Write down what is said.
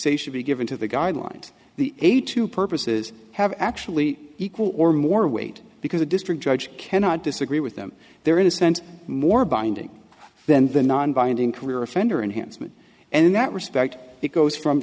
say should be given to the guidelines the eight two purposes have actually equal or more weight because a district judge cannot disagree with them they're in a sense more binding than the non binding career offender enhanced it and in that respect it goes from